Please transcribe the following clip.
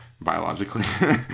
biologically